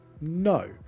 no